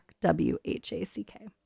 W-H-A-C-K